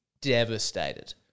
devastated